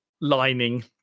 lining